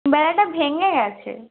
বেড়াটা ভেঙে গেছে